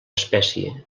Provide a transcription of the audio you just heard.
espècie